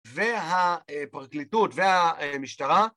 והפרקליטות והמשטרה